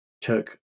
took